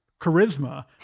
charisma